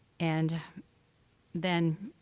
and then,